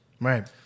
Right